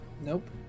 Nope